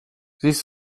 siehst